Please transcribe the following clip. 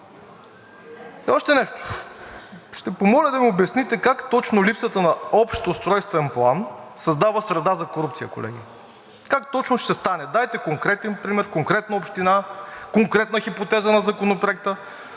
Още нещо. Ще помоля да ни обясните как точно липсата на общ устройствен план, създава среда за корупция, колеги? Как точно ще стане? Дайте конкретен пример, конкретна община, конкретна хипотеза на Законопроекта.